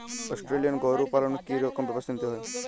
Australian গরু পালনে কি রকম ব্যবস্থা নিতে হয়?